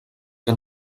que